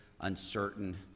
uncertain